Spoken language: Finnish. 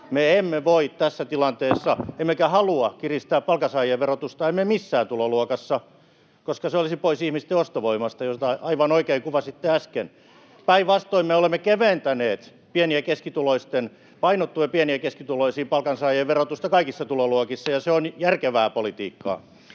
Me emme voi tässä tilanteessa — emmekä halua — kiristää palkansaajien verotusta, emme missään tuloluokassa, koska se olisi pois ihmisten ostovoimasta, jota aivan oikein kuvasitte äsken. Päinvastoin, me olemme keventäneet verotusta kaikissa tuloluokissa painottuen pieni- ja keskituloisiin palkansaajiin, ja se on järkevää politiikkaa.